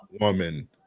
woman